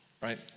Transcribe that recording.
right